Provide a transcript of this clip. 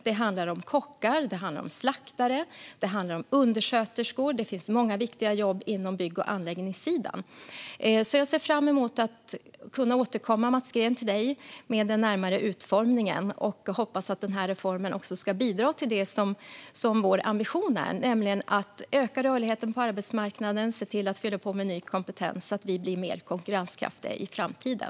Det handlar om kockar, slaktare, undersköterskor och många viktiga jobb på bygg och anläggningssidan. Jag ser fram emot att få återkomma till dig, Mats Green, med den närmare utformningen och hoppas att den här reformen också ska bidra till det som är vår ambition, nämligen att öka rörligheten på arbetsmarknaden och se till att fylla på med ny kompetens, så att vi blir mer konkurrenskraftiga i framtiden.